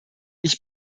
ich